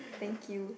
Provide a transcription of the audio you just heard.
thank you